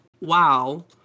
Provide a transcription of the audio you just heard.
wow